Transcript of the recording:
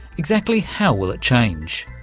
exactly how will it change?